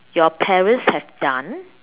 your parents have done